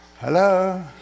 Hello